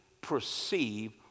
perceive